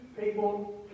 people